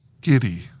Giddy